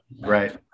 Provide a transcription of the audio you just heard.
Right